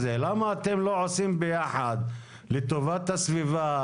למה אתם לא עושים יחד לטובת הסביבה,